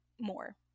more